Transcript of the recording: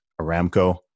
Aramco